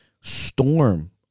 storm